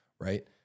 Right